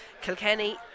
Kilkenny